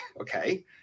okay